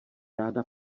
ráda